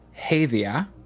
Havia